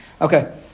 Okay